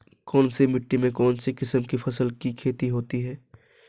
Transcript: कौनसी मिट्टी में कौनसी किस्म की फसल की खेती होती है?